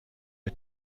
های